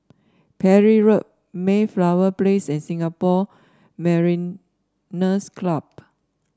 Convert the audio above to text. Parry Road Mayflower Place and Singapore Mariners' Club